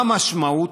מה המשמעות?